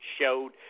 showed